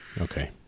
Okay